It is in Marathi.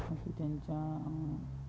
असे त्यांच्या